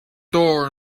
door